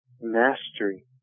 mastery